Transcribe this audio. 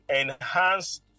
enhance